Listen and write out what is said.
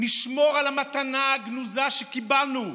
נשמור על המתנה הגנוזה שקיבלנו,